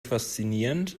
faszinierend